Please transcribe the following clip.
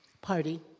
party